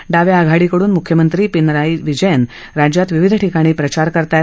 डाव्या आघाडीकडून मुख्यमंत्री पिनराई विजयन राज्यात विविधि ठिकाणी प्रचार करत आहेत